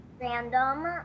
random